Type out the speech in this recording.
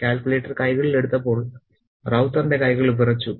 calculator കൈകളിൽ എടുത്തപ്പോൾ റൌത്തറിന്റെ കൈകൾ വിറച്ചു